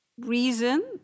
Reason